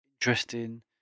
Interesting